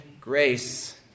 grace